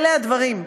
אלה הדברים.